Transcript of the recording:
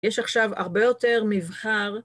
יש עכשיו הרבה יותר מבחר.